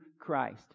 Christ